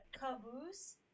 Caboose